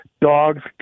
Dogs